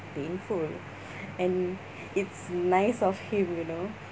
painful and it's nice of him you know